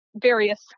various